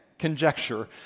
conjecture